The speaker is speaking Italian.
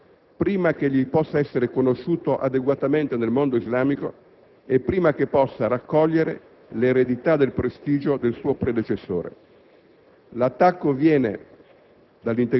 Si è voluto attaccare Benedetto XVI prima che egli possa essere conosciuto adeguatamente nel mondo islamico e prima che possa raccogliere l'eredità del prestigio del suo predecessore.